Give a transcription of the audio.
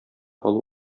алу